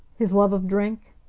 his love of drink?